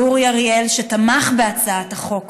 ואורי אריאל תמך בהצעת החוק